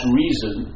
reason